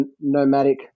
nomadic